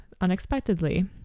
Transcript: unexpectedly